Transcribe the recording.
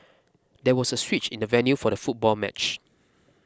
there was a switch in the venue for the football match